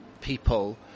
people